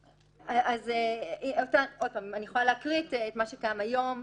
אני יכולה לקרוא את מה שקיים היום.